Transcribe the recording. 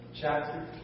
chapter